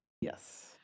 Yes